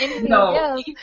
No